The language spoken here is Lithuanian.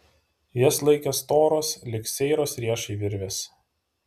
jas laikė storos lyg seiros riešai virvės